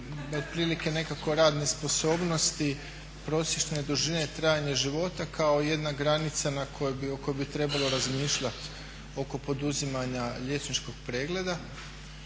otprilike nekakve radne sposobnosti prosječne dužine trajanja života kao jedna granica o kojoj bi trebalo razmišljati oko poduzimanja liječničkog pregleda